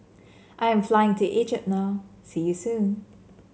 I am flying to Egypt now see you soon